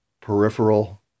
peripheral